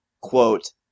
quote